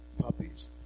puppies